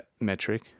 Metric